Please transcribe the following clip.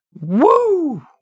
Woo